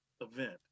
event